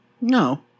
No